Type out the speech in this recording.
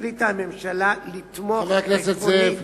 החליטה הממשלה לתמוך עקרונית